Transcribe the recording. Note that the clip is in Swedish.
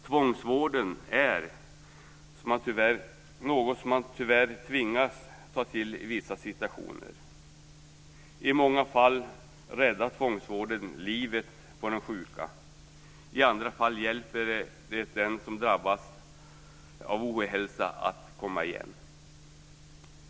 Tvångsvård är något som man tyvärr tvingas ta till i vissa situationer. I många fall räddar tvångsvården livet på de sjuka. I andra fall hjälper det här den som drabbas av ohälsa att komma igen.